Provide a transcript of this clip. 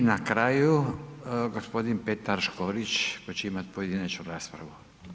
I na kraju gospodin Petar Škorić koji će imati pojedinačnu raspravu.